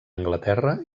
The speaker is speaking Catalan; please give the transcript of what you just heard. anglaterra